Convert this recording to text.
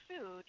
food